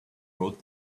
wrote